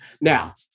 Now